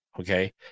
okay